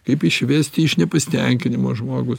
kaip išvesti iš nepasitenkinimo žmogų